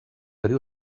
riu